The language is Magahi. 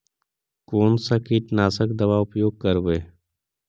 कोन सा कीटनाशक दवा उपयोग करबय?